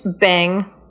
bang